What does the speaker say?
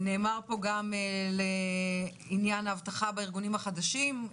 נאמר פה גם לעניין הבטחה בארגונים החדשים.